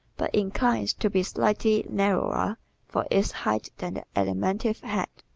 but inclines to be slightly narrower for its height than the alimentive head.